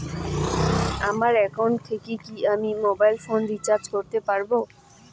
আমার একাউন্ট থেকে কি আমি মোবাইল ফোন রিসার্চ করতে পারবো?